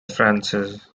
francis